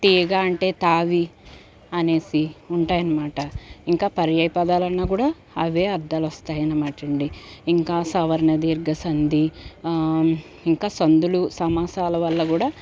తీగ అంటే తావి అనేసి ఉంటాయి అనమాట ఇంకా పర్యాయపదాలు అన్నా కూడా అవే అర్థాలు వస్తాయి అనమాట అండి ఇంకా సవర్ణదీర్ఘసంధి ఇంకా సంధులు సమాసాల వల్ల కూడా